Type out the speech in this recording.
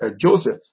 Joseph